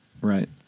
Right